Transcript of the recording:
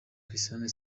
christian